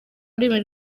rurimi